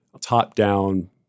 top-down